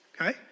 okay